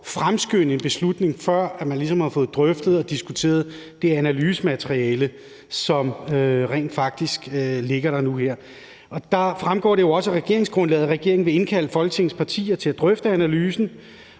fremskynde en beslutning, før man har fået drøftet og diskuteret det analysemateriale, som rent faktisk ligger her nu. Det fremgår jo også af regeringsgrundlaget, at regeringen vil indkalde Folketingets partier til at drøfte analysen,